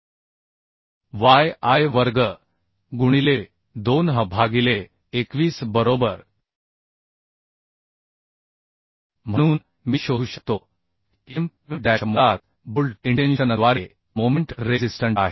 yi वर्ग गुणिले 2h भागिले 21 बरोबर म्हणून मी शोधू शकतो की M डॅशमुळात बोल्ट इंटेंशनद्वारे मोमेंट रेझिस्टंट आहे